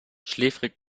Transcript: schläfrig